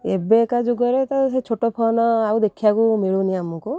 ଏବେ'କା ଯୁଗରେ ତ ସେ ଛୋଟ ଫୋନ୍ ଆଉ ଦେଖିବାକୁ ମିଳୁନି ଆମକୁ